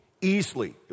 easily